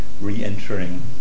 re-entering